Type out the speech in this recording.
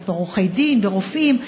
והם כבר עורכי-דין ורופאים,